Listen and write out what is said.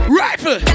rifle